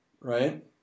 right